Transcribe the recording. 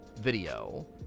video